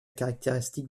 caractéristique